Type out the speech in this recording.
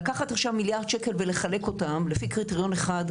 לקחת עכשיו מיליארד שקל ולחלק אותם לפי קריטריון אחד,